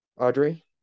Audrey